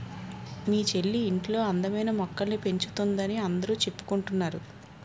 మీ చెల్లి ఇంట్లో అందమైన మొక్కల్ని పెంచుతోందని అందరూ చెప్పుకుంటున్నారు